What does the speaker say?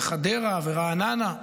חדרה ורעננה.